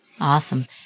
Awesome